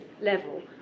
level